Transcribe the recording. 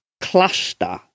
cluster